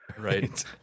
Right